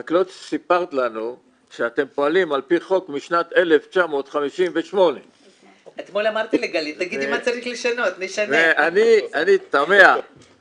רק לא סיפרת לנו שאתם פועלים על פי חוק משנת 1958. אני תמה איך